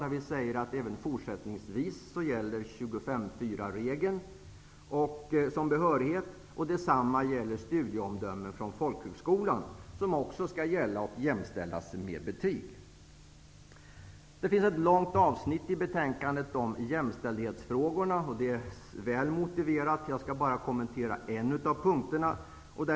Där säger vi att 25:4-regeln även gäller fortsättningsvis som behörighet. Detsamma gäller studieomdömen från folkhögskola. De skall jämställas med betyg. Det finns ett långt avsnitt i betänkandet om jämställdhetsfrågorna. Det är väl motiverat. Jag skall bara kommentera en av punkterna.